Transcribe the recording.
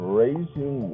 raising